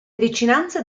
vicinanze